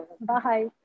Bye